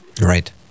Right